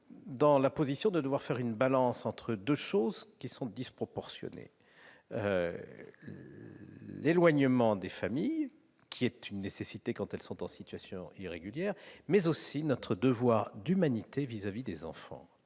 dans la position de devoir faire la balance entre deux aspects qui paraissent disproportionnés : l'éloignement des familles, nécessaire quand elles sont en situation irrégulière, mais aussi notre devoir d'humanité à l'égard des enfants.